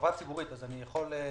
חברה ציבורית אני יכול לספר,